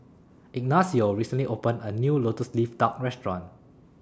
Ignacio recently opened A New Lotus Leaf Duck Restaurant